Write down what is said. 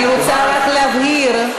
אני רוצה רק להבהיר,